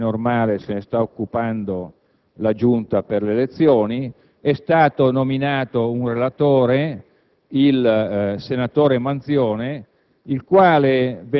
evidente e normale, se ne sta occupando la Giunta delle elezioni e ne è stato nominato relatore il senatore Manzione,